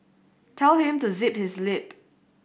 tell him to zip his lip